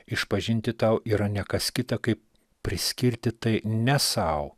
išpažinti tau yra ne kas kita kaip priskirti tai ne sau